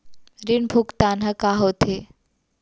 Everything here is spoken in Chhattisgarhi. ऋण भुगतान ह का होथे?